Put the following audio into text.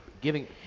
giving